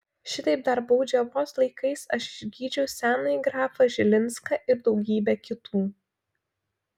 šitaip dar baudžiavos laikais aš išgydžiau senąjį grafą žilinską ir daugybę kitų